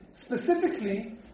specifically